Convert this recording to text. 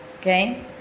okay